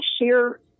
share